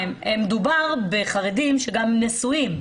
מדוב בחרדים שהם נשואים.